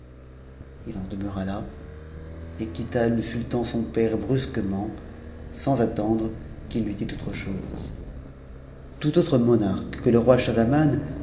h en k'nieut'a là et quitta le sultan son père brusquement sans attendre qu'il fui i i autre chose tout autre monarque que le roi